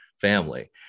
family